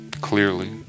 clearly